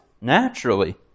naturally